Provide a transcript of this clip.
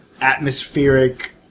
atmospheric